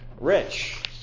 rich